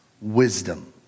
wisdom